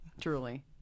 truly